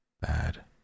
bad